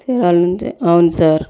చీరల నుంచే అవును సార్